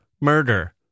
murder